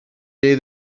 day